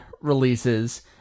releases